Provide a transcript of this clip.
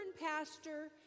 pastor